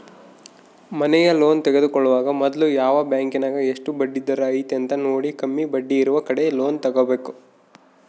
ಮನೆಯ ಲೋನ್ ತೆಗೆದುಕೊಳ್ಳುವಾಗ ಮೊದ್ಲು ಯಾವ ಬ್ಯಾಂಕಿನಗ ಎಷ್ಟು ಬಡ್ಡಿದರ ಐತೆಂತ ನೋಡಿ, ಕಮ್ಮಿ ಬಡ್ಡಿಯಿರುವ ಕಡೆ ಲೋನ್ ತಗೊಬೇಕು